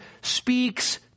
speaks